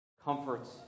comforts